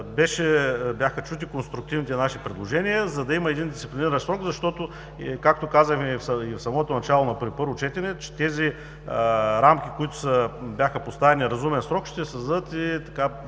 бяха чути конструктивните наши предложения, за да има един дисциплиниращ срок. Както казахме и в самото начало – на първо четене, тези рамки, които бяха поставени – „разумен срок“, ще създадат доста